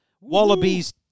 Wallabies